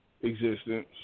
existence